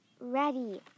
ready